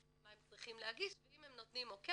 מה הם צריכים להגיש ואם הם נותנים אוקי,